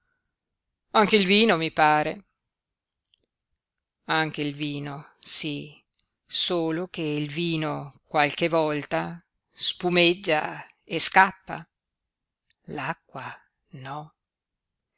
anche il vino mi pare anche il vino sí solo che il vino qualche volta spumeggia e scappa l'acqua no